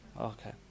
Okay